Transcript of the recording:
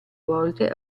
volte